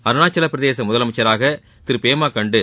அருணாச்சல பிரதேச முதலமைச்சராக திரு பேமா கண்ட்டு